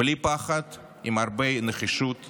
בלי פחד, עם הרבה נחישות ואמונה,